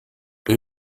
are